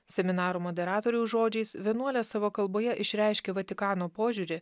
seminaro moderatoriaus žodžiais vienuolė savo kalboje išreiškė vatikano požiūrį